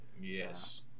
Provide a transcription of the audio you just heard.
yes